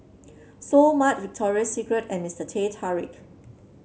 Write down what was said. Seoul Mart Victoria Secret and Mister Teh Tarik